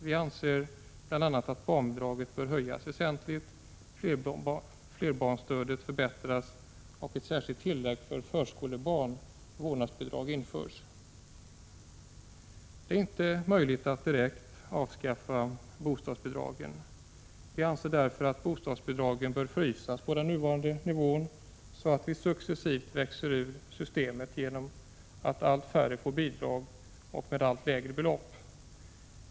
Vi anser bl.a. att barnbidraget bör höjas väsentligt, flerbarnsstödet förbättras och ett särskilt tillägg för förskolebarn, vårdnadsbidrag, införas. Det är inte möjligt att direkt avskaffa bostadsbidragen. Vi anser därför att bostadsbidragen bör frysas på den nuvarande nivån, så att vi successivt växer ur systemet genom att allt färre får bidrag och med allt lägre belopp.